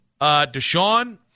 Deshaun